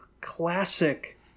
classic